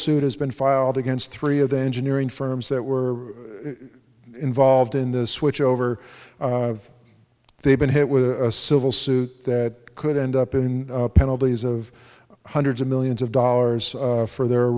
suit has been filed against three of the engineering firms that were involved in this switchover they've been hit with a civil suit that could end up in penalties of hundreds of millions of dollars for their